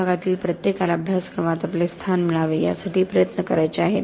विभागातील प्रत्येकाला अभ्यासक्रमात आपले स्थान मिळावे यासाठी प्रयत्न करायचे आहेत